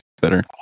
better